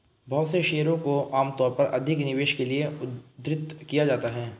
बहुत से शेयरों को आमतौर पर अधिक निवेश के लिये उद्धृत किया जाता है